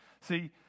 See